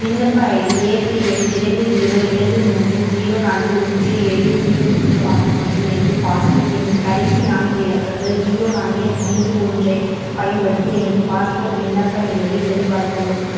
விண்ணப்ப ID APL இரண்டு zero இரண்டு மூன்று ஜீரோ நான்கு ஒன்று ஏழு ஜீரோ ஜீரோ ஆறு மற்றும் எனது பாஸ்போர்ட் எண்ணின் கடைசி நான்கு இலக்கங்கள் ஜீரோ நான்கு ஐந்து ஒன்றைப் பயன்படுத்தி எனது பாஸ்போர்ட் விண்ணப்ப நிலையை சரிபார்க்கவும்